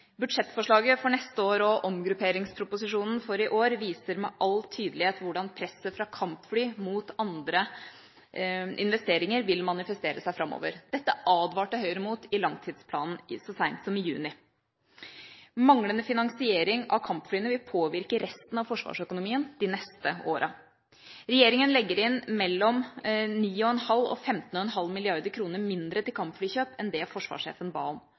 Budsjettforslaget for neste og omgrupperingsproposisjonen for i år viser med all tydelighet hvordan presset fra kampfly mot andre investeringer vil manifestere seg framover. Dette advarte Høyre mot i langtidsplanen så sent om i juni. Manglende finansiering av kampflyene vil påvirke resten av forsvarsøkonomien de neste årene. Regjeringa legger inn mellom 9,5 og 15,5 mrd. kr mindre til kampflykjøp enn det forsvarssjefen ba om,